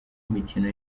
mikino